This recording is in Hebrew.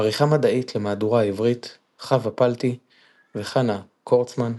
עריכה מדעית למהדורה העברית - חוה פלטי וחנה קורצמן.